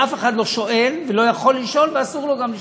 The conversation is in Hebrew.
ואף אחד לא שואל ולא יכול לשאול ואסור לו גם לשאול.